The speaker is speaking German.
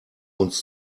uns